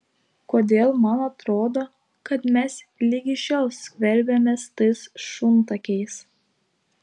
kodėl man atrodo kad mes ligi šiol skverbiamės tais šuntakiais